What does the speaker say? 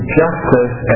justice